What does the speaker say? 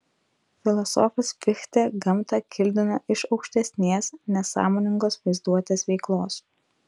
filosofas fichtė gamtą kildino iš aukštesnės nesąmoningos vaizduotės veiklos